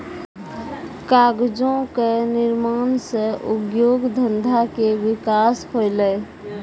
कागजो क निर्माण सँ उद्योग धंधा के विकास होलय